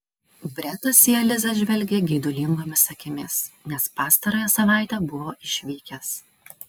bretas į elizą žvelgė geidulingomis akimis nes pastarąją savaitę buvo išvykęs